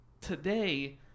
today